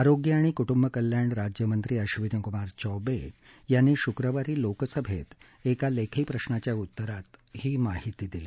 आरोग्य आणि कुटूंबकल्याण राज्यमंत्री आक्षिनीकुमार चौबे यांनी शुक्रवारी लोकसभेत एका लेखी प्रश्नाच्या उत्तरात ही माहिती दिली